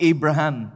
Abraham